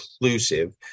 inclusive